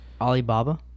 Alibaba